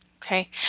Okay